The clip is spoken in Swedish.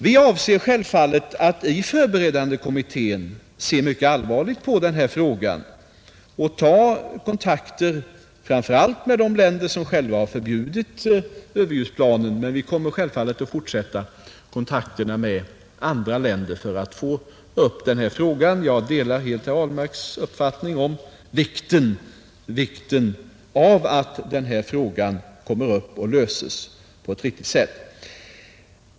Vi avser självfallet att i förberedande kommittén se mycket allvarligt på den här frågan och ta kontakt framför allt med de länder som själva har förbjudit överljudsplanen men också fortsätta kontakterna med andra länder för att få upp frågan. Jag delar helt herr Ahlmarks uppfattning om vikten av att frågan kommer upp och löses på ett riktigt sätt.